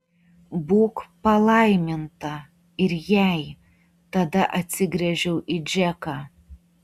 būk palaiminta ir jai tada atsigręžiau į džeką